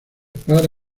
para